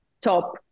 top